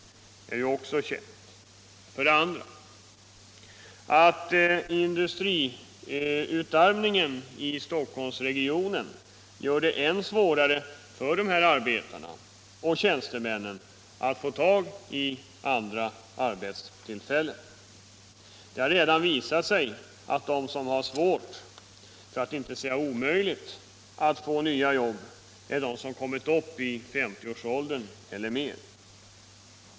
För det andra gör industriutarmningen i Stockholmsregionen det än svårare för de här arbetarna och tjänstemännen att få tag i nya arbeten. Det har redan visat sig att de som har svårt, för att inte säga omöjligt, att få nya jobb är de som kommit upp i 50-årsåldern eller mer.